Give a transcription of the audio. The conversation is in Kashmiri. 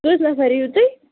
کٔژ نفر یِیِو تُہۍ